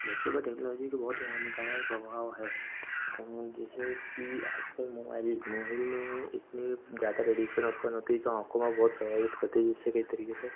बच्चों पर टेक्नोलोजी के बहुत ही हानिकारक प्रभाव हैं जैसे कि आज कल मोबाइल मोबाइल में इतना ज़्यादा रेडियेशन उत्पन्न होता है जो आँखों को बहुत प्रभावित करता है जिससे कई तरीक़े से